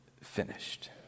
finished